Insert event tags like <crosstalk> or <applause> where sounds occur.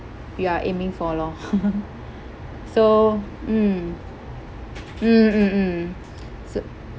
you are aiming for lor <laughs> so mm mm mm mm mm so